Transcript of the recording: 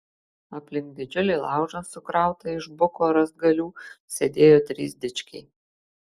aplink didžiulį laužą sukrautą iš buko rąstgalių sėdėjo trys dičkiai